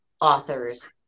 authors